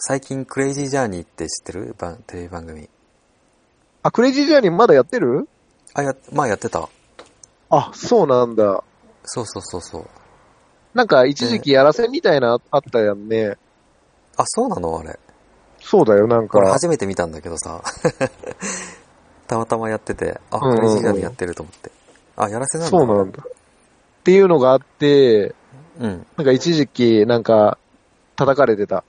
最近クレイジージャーニーって知ってる？ば- テレビ番組。あ、クレイジージャーニーまだやってる？あ、やっ- まあやってた。あ、そうなんだ。そうそうそうそう。なんか一時期ね。やらせみたいなあったやんね。えー、あ、そうなの？あれ。そうだよ、なんか。俺初めて見たんだけどさ。 たまたまやってて、あ、クレイジージャーニーやってると思って。うんうんうん。あ、やらせなんだ。そうなんだ。っていうのがあって、うん。なんか一時期なんか叩かれてた。